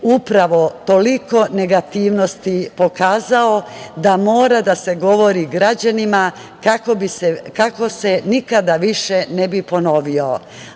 upravo toliko negativnosti pokazao da mora da se govori građanima kako se nikada više ne bi ponovio. Moram